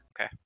okay